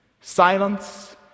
Silence